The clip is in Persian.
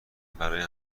برای